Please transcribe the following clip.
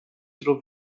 true